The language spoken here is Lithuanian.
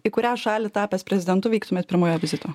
į kurią šalį tapęs prezidentu vyktumėt pirmojo vizito